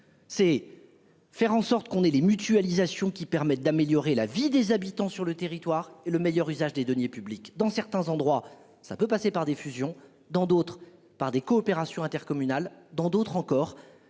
c'est faire en sorte qu'on ait les mutualisations qui permettent d'améliorer la vie des habitants sur le territoire et le meilleur usage des deniers publics dans certains endroits, ça peut passer par des fusions dans d'autres par des coopérations intercommunales dans d'autres encore